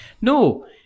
No